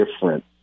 different